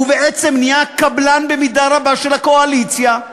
ובעצם נהיה קבלן במידה רבה של הקואליציה,